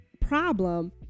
problem